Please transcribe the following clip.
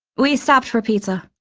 we stopped for pizza.